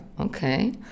okay